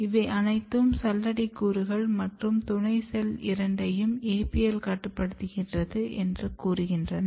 இவை அனைத்தும் சல்லடை கூறுகள் மற்றும் துணை செல் இரண்டையும் APL கட்டுப்படுத்துகிறது என்று கூறுகின்றன